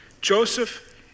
Joseph